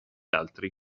altri